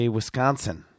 Wisconsin